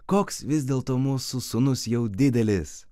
koks vis dėlto mūsų sūnus jau didelis